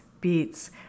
beets